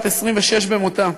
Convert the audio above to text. בת 26 במותה,